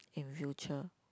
in future